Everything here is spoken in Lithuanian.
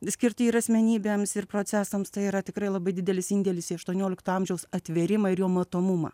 jskirti ir asmenybėms ir procesams tai yra tikrai labai didelis indėlis į aštuoniolikto amžiaus atvėrimą ir jo matomumą